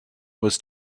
was